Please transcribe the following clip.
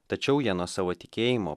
tačiau jie nuo savo tikėjimo